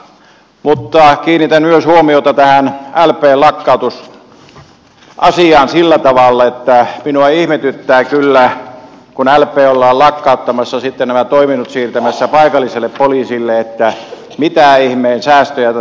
mutta myös minä kiinnitän huomiota tähän lpn lakkautusasiaan sillä tavalla että minua ihmetyttää kyllä että kun lptä ollaan lakkauttamassa ja sitten nämä toiminnot siirtämässä paikalliselle poliisille mitä ihmeen säästöjä tässä tapahtuu